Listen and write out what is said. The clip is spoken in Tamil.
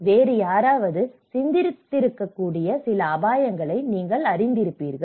வேறு யாராவது சந்தித்திருக்கக்கூடிய சில அபாயங்களை நீங்கள் அறிந்திருப்பீர்கள்